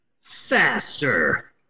faster